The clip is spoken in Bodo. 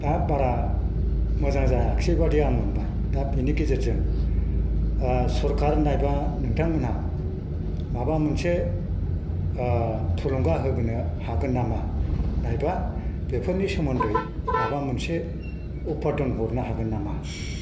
बारा मोजां जायाखिसैबादि आं मोनबाय दा बेनि गेजेरजों सरकार नङाबा नोंथांमोनहा माबा मोनसे थुलुंगा होनो हागोन नामा नङाबा बेफोरनि सोमोन्दै माबा मोनसे अपातन हरनो हागोन नामा